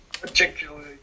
particularly